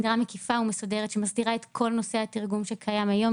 זו הגדרה מקיפה ומסודרת שמסדירה את כל נושא התרגום שקיים היום.